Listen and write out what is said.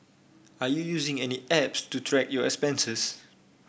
are you using any apps to track your expenses